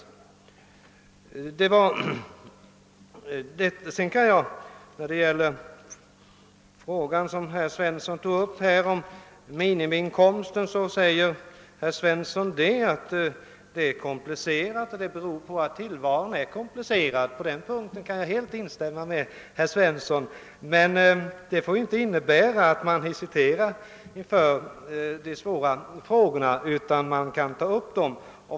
Herr Svensson sade att frågan om garanterad minimiinkomst är komplicerad och att ersätta de nuvarande socialförsäkringarna med en generellt verkande minimiinkomst är komplicerat därför att tillvaron för människorna är komplicerad. Jag kan helt instämma med herr Svensson i fråga om att tillvaron för människorna är komplicerad. Det får emellertid inte innebära att man hesiterar inför de svåra frågorna och avstår från att ta upp dem.